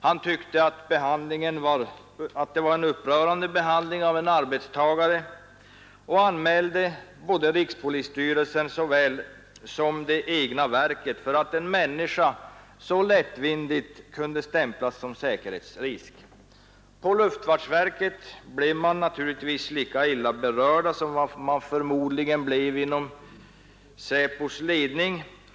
Han tyckte att det var en upprörande behandling av en arbetstagare och JO-anmälde både rikspolisstyrelsen och det egna verket för att en människa så lättvindigt kunde stämplas som säkerhetsrisk. På luftfartsverket blev man naturligtvis lika illa berörd som man förmodligen blev inom SÄPO:s ledning.